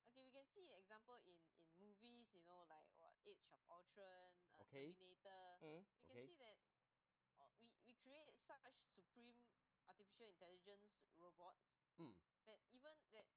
okay mm K mm